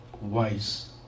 wise